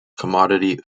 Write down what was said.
commodity